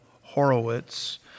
Horowitz